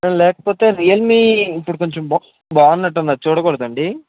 లేకపోతే రియల్మీ ఇపుడు కొంచెం బాగునట్టు ఉంది అది చూడకూడదు అండి